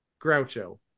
Groucho